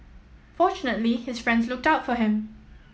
fortunately his friends looked out for him